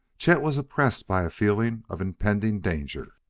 chet was oppressed by a feeling of impending danger.